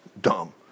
dumb